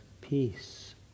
peace